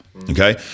Okay